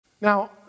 Now